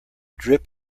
drip